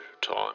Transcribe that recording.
time